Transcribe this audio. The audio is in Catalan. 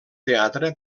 teatre